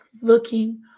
looking